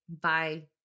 Bye